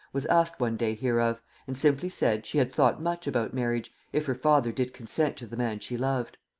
was asked one day hereof, and simply said, she had thought much about marriage, if her father did consent to the man she loved.